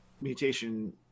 mutation